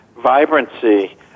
vibrancy